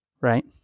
Right